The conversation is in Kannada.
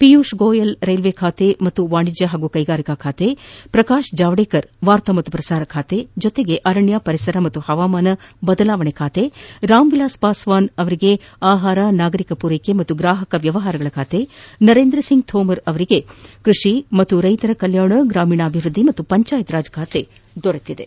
ಪಿಯೂಷ್ ಗೋಯಲ್ ಅವರಿಗೆ ರೈಲ್ವೆ ಖಾತೆ ಮತ್ತು ವಾಣಿಜ್ಯ ಹಾಗೂ ಕೈಗಾರಿಕಾ ಖಾತೆ ಪ್ರಕಾಶ್ ಜಾವಡೇಕರ್ ಅವರಿಗೆ ವಾರ್ತಾ ಮತ್ತು ಪ್ರಸಾರ ಖಾತೆ ಜೊತೆಗೆ ಅರಣ್ಯ ಪರಿಸರ ಮತ್ತು ಹವಾಮಾನ ಬದಲಾವಣೆ ಖಾತೆ ರಾಮ್ ವಿಲಾಸ್ ಪಾಸ್ವಾನ್ ಅವರಿಗೆ ಆಹಾರ ನಾಗರಿಕ ಪೂರೈಕೆ ಮತ್ತು ಗ್ರಾಹಕ ವ್ಯವಹಾರಗಳ ಖಾತೆ ನರೇಂದ್ರ ಸಿಂಗ್ ಥೋಮರ್ ಅವರಿಗೆ ಕೃಷಿ ಮತ್ತು ರೈತರ ಕಲ್ಯಾಣ ಗ್ರಾಮೀಣಾಭಿವೃದ್ಧಿ ಮತ್ತು ಪಂಚಾಯತ್ ರಾಜ್ ಖಾತೆ ದೊರೆತಿದೆ